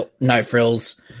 no-frills